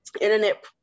internet